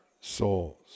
souls